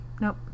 nope